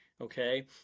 okay